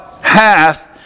hath